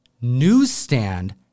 newsstand